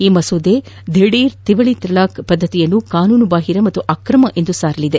ಈ ಮಸೂದೆ ದಿಧೀರ್ ತ್ರಿವಳಿ ತಲಾಖ್ ಪದ್ಧತಿಯನ್ನು ಕಾನೂನು ಬಾಹಿರ ಮತ್ತು ಅಕ್ರಮ ಎಂದು ಸಾರಲಿದೆ